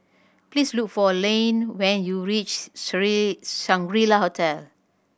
please look for Layne when you reach Shangri La Hotel